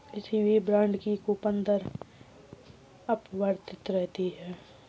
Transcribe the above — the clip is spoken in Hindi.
किसी भी बॉन्ड की कूपन दर अपरिवर्तित रहती है